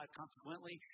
Consequently